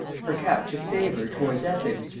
her captious favor towards essex,